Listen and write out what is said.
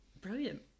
brilliant